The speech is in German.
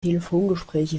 telefongespräche